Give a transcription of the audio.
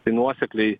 tai nuosekliai